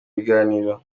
biganiro